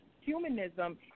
humanism